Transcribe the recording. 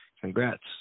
congrats